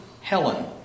Helen